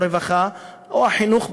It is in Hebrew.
רווחה או חינוך,